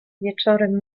wieczorem